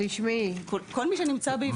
כל מי שנמצא באבחונים.